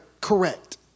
correct